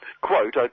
quote